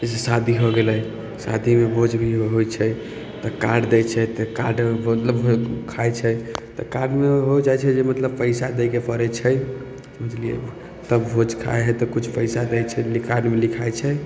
जैसे शादी हो गेलै शादीमे भोजन होइ छै तऽ कार्ड दै छै तऽ कार्ड मतलब खाइ छै तऽ कार्डमे हो जाइ छै जे मतलब पैसा दैके परै छै बुझलियै तब भोज खाइ है तऽ किछु पैसा दै छै लिखाइ छै